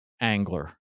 angler